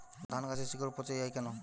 ধানগাছের শিকড় পচে য়ায় কেন?